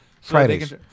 Fridays